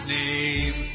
name